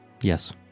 Yes